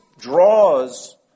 draws